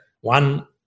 one